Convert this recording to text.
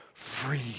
Free